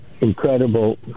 incredible